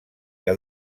que